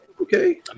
Okay